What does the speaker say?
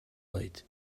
oed